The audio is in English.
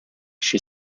she